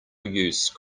use